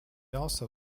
also